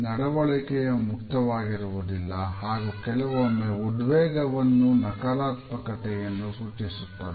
ನಡುವಳಿಕೆಯ ಮುಕ್ತವಾಗಿರುವುದಿಲ್ಲ ಹಾಗೂ ಕೆಲವೊಮ್ಮೆ ಉದ್ವೇಗವನ್ನು ನಕಾರಾತ್ಮಕತೆಯನ್ನು ಸೂಚಿಸುತ್ತದೆ